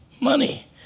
money